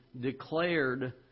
declared